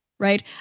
Right